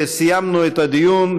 סיימנו את הדיון,